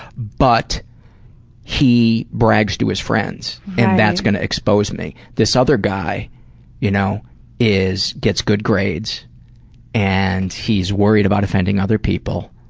but he brags to his friends, and that's going to expose me. this other guy you know gets good grades and he's worried about offending other people.